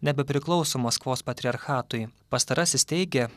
nebepriklauso maskvos patriarchatui pastarasis teigė